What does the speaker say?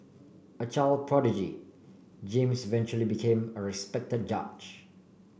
a child prodigy James eventually became a respected judge